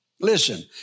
Listen